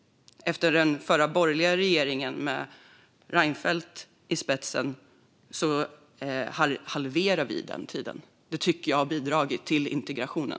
Efter Reinfeldtregeringen lyckades vi halvera denna tid, vilket har bidragit till integrationen.